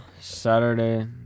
Saturday